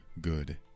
good